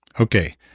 Okay